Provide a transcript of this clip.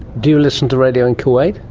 do you listen to radio in kuwait?